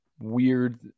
weird